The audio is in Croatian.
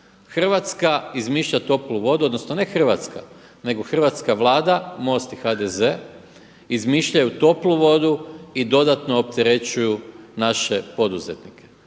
Hrvatska izmišlja toplu vodu, odnosno ne Hrvatska nego Hrvatska vlada, MOST i HDZ izmišljaju toplo vodu i dodatno opterećuju naše poduzetnike.